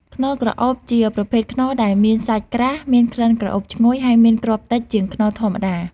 ខ្នុរក្រអូប ជាប្រភេទខ្នុរដែលមានសាច់ក្រាស់ មានក្លិនក្រអូបឈ្ងុយ ហើយមានគ្រាប់តិចជាងខ្នុរធម្មតា។